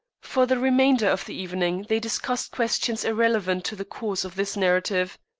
for the remainder of the evening they discussed questions irrelevant to the course of this narrative.